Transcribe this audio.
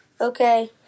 Okay